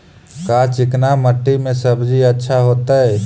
का चिकना मट्टी में सब्जी अच्छा होतै?